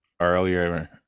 earlier